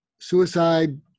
suicide